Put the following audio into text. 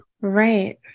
Right